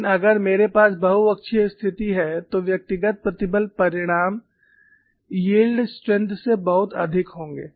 लेकिन अगर मेरे पास बहु अक्षीय स्थिति है तो व्यक्तिगत प्रतिबल परिमाण यील्ड स्ट्रेंग्थ से बहुत अधिक होगा